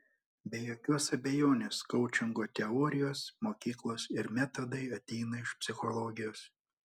be jokios abejonės koučingo teorijos mokyklos ir metodai ateina iš psichologijos